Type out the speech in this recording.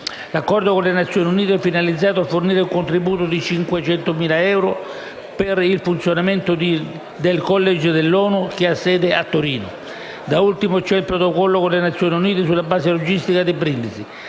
L'accordo con le Nazione Unite è finalizzato a fornire un contributo di 500.000 euro annui per il funzionamento del *college* dell'ONU, che ha sede a Torino. Da ultimo, c'è il Protocollo con le Nazioni Unite sulla base logistica di Brindisi.